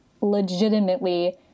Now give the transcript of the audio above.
legitimately